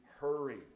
Hurry